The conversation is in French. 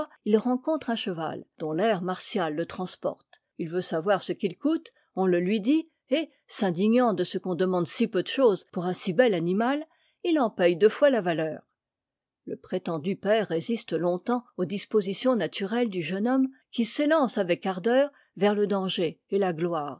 il rencontre un cheval dont l'air martia le transporte il veut savoir ce qu'il coûte on le lui dit et s'indignant de ce qu'on demande si peu de chose pour un si bel animal il en paye deux fois la valeur le prétendu père résiste longtemps aux dispositions naturelles du jeune homme qui s'élance avec ardeur vers le danger et la gloire